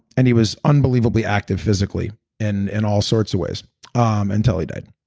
and he was unbelievably active physically in and all sorts of ways until he died.